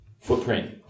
footprint